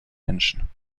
menschen